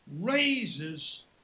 raises